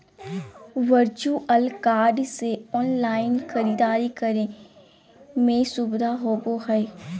virtual card से online खरीदारी करे में सुबधा होबो हइ